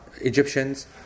Egyptians